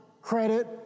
credit